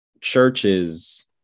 Churches